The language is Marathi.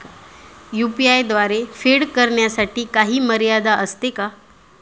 यु.पी.आय द्वारे फेड करण्यासाठी काही मर्यादा असते का?